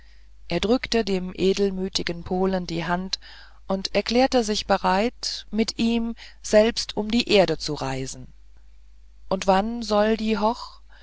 er drückte dem edelmütigen polen die hand und erklärte sich bereit mit ihm selbst um die erde zu reisen und wann soll die